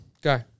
Go